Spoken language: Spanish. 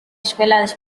escuelas